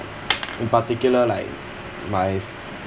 in particular like my family